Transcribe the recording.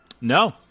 No